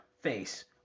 face